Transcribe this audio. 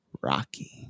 Rocky